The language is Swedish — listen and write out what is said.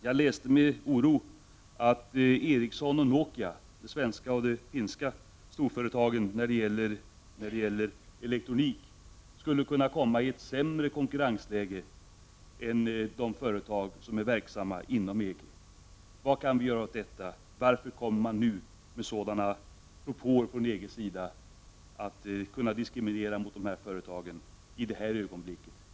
Jag läste med oro att Ericsson och Nokia — de svenska och finska storföretagen när det gäller elektronik — skulle kunna komma i ett sämre konkurrensläge vid offentlig upphandling än de företag som har hemort inom EG. Vad kan vi göra åt detta? Varför kommer man nu med sådana propåer från EG:s sida, som innebär att de här företagen skall kunna diskrimineras?